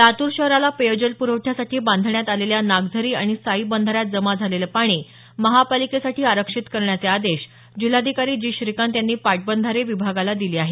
लातूर शहराला पेयजल प्रवठ्यासाठी बांधण्यात आलेल्या नागझरी आणि साई बंधाऱ्यात जमा झालेलं पाणी महापालिकेसाठी आरक्षित करण्याचे आदेश जिल्हाधिकारी जी श्रीकांत यांनी पाटबंधारे विभागाला दिले आहेत